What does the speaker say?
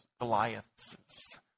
Goliaths